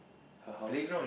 her house